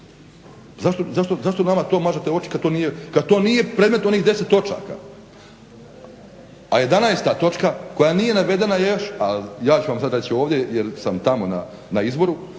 Zašto nama to možete oči kad to nije predmet onih 10 točaka? A 11 točka koja nije navedena još, a ja ću vam sad reći ovdje, jer sam tamo na izboru,